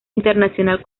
internacional